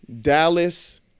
Dallas